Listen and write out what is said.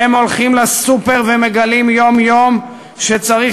הם הולכים ל"סופר" ומגלים יום-יום שצריך